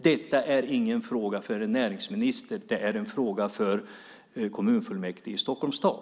Detta är ingen fråga för en näringsminister utan en fråga för kommunfullmäktige i Stockholms stad!